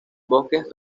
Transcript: bosques